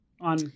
on